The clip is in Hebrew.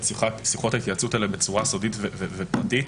שיחות ההתייעצות האלה בצורה סודית ופרטית,